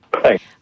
Thanks